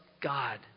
God